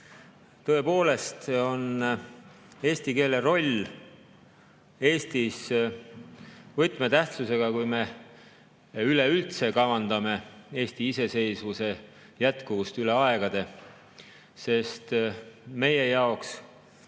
Tõepoolest on eesti keele roll Eestis võtmetähtsusega, kui me üleüldse kavandame Eesti iseseisvuse jätkuvust üle aegade, sest meie jaoks